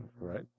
right